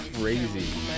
crazy